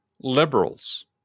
liberals